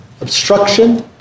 obstruction